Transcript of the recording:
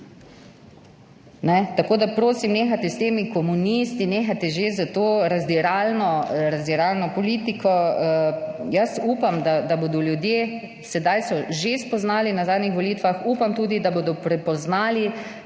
Tako da, prosim, nehajte s temi komunisti, nehajte že s to razdiralno politiko. Upam, da bodo ljudje, sedaj so že spoznali na zadnjih volitvah, upam, da bodo prepoznali